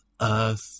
earth